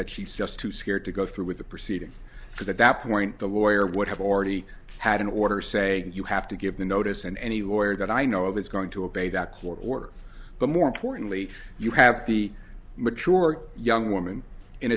that she's just too scared to go through with the proceedings because at that point the lawyer would have already had an order say you have to give the notice and any lawyer that i know of is going to obey that court order but more importantly you have the mature young woman in